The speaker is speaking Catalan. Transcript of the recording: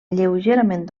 lleugerament